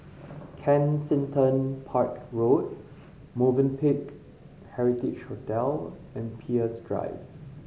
Kensington Park Road Movenpick Heritage Hotel and Peirce Drive